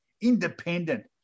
independent